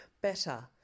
better